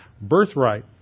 birthright